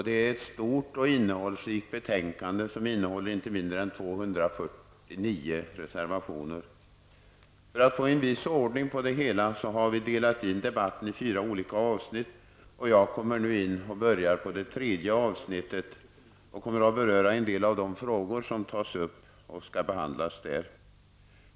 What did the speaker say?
Det är ett stort och innehållsrikt betänkande, som inrymmer inte mindre än 249 reservationer. För att få en viss ordning på det hela har vi delat in debatten i fyra olika avsnitt. Jag kommer in i debatten vid inledningen av det tredje avsnittet och kommer att beröra en del av de frågor som skall behandlas under detta avsnitt.